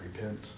repent